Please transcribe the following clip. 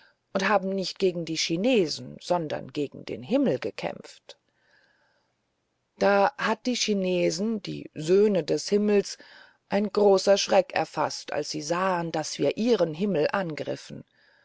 und haben nicht gegen die chinesen sondern gegen den himmel gekämpft da hat die chinesen die söhne des himmels ein großer schreck erfaßt als sie sahen daß wir ihren himmel angriffen